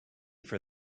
for